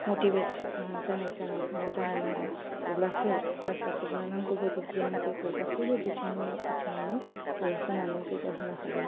motivate जानायजों नो जानो नांगौ अब्लासो फरायसाफोरनो नांगौ बायदि गियानफोरखौ गासैबो बिथिङाव बिथिङावनो हो होनानै जौगाहोनो हागोन